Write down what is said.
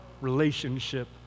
relationship